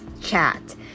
chat